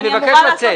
אני מבקש לצאת.